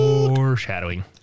Foreshadowing